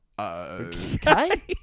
Okay